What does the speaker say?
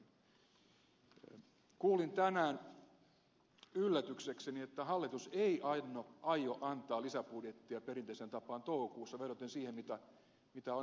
kuulin tänään yllätyksekseni että hallitus ei aio antaa lisäbudjettia perinteiseen tapaan toukokuussa vedoten siihen mitä on alkuvuodesta päätetty